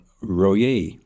Royer